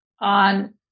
on